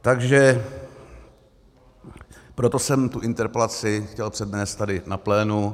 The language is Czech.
Takže proto jsem tu interpelaci chtěl přednést tady na plénu.